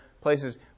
places